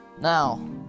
Now